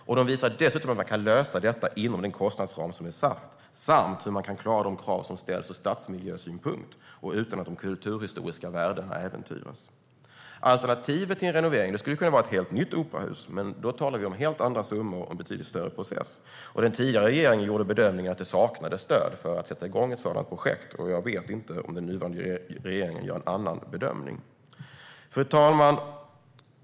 Dessutom visar man hur detta kan lösas inom den kostnadsram som är satt samt hur man kan klara de krav som ställs ur stadsmiljösynpunkt och utan att de kulturhistoriska värdena äventyras. Alternativet till en renovering skulle vara ett helt nytt operahus. Men då talar vi om helt andra summor och en betydligt större process. Den tidigare regeringen gjorde bedömningen att det saknades stöd för att sätta igång ett sådant projekt. Jag vet inte om den nuvarande regeringen gör en annan bedömning. Fru talman!